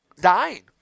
dying